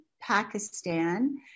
Pakistan